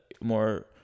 more